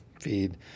feed